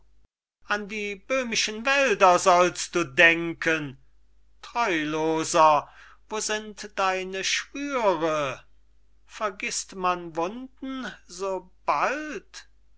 an die böhmischen wälder sollst du denken treuloser wo sind deine schwüre vergißt man wunden